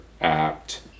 apt